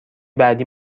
بعدی